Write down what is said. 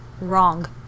wrong